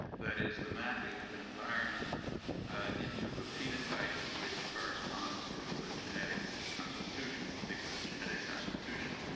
that is the mapping of an environment into a phenotype, which corresponds to a genetic constitution, particular genetic constitution.